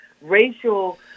racial